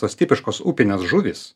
tos tipiškos upinės žuvys